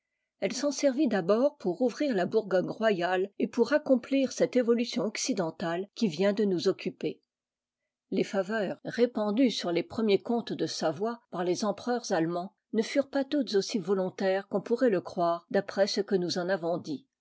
elle s'en servit d'abord pour ouvrir la bourgogne royale et pour accomplir cette évolution occidentale qui vient de nous occuper les faveurs répandues sur les premiers comtes de savoie par les empereurs allemands ne furent pas toutes aussi volontaires qu'on pourrait le croire d'après ce que nous en avons dit